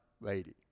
lady